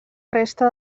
resta